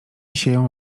sieją